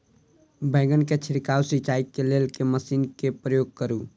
बैंगन केँ छिड़काव सिचाई केँ लेल केँ मशीन केँ प्रयोग करू?